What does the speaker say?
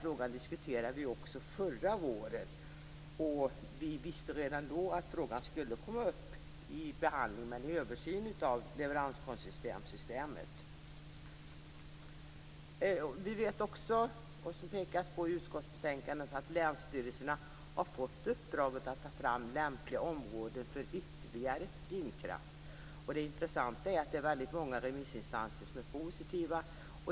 Frågan diskuterades också förra våren, och vi visste redan då att frågan om en översyn av leveranskoncessionssystemet skulle komma upp till behandling. Vi vet också, och det pekas på detta i utskottsbetänkandet, att länsstyrelserna har fått uppdraget att ta fram lämpliga områden för ytterligare vindkraft. Det intressanta är att väldigt många remissinstanser är positiva.